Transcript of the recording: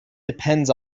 depends